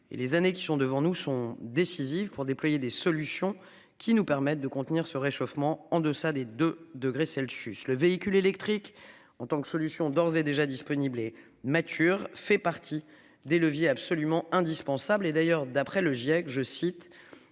les années qui sont devant nous sont décisives pour déployer des solutions qui nous permettent de contenir ce réchauffement en deçà des 2 degrés Celsius, le véhicule électrique en tant que solution d'ores et déjà disponible et mature fait partie des leviers absolument indispensable et d'ailleurs, d'après le GIEC je cite